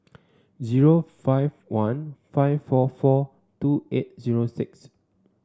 zero five one five four four two eight zero six